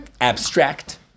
abstract